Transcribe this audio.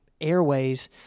airways